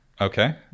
Okay